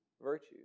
Virtues